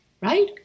right